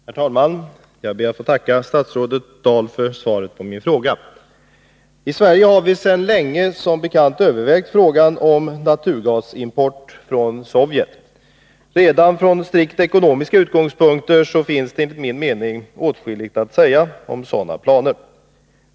Herr talman! Jag ber att få tacka statsrådet Dahl för svaret på min fråga. Frågan om naturgasimport från Sovjet har, som bekant, övervägts länge. Redan från strikt ekonomisk utgångspunkt finns, enligt min mening, åtskilligt att säga om sådana planer.